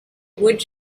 would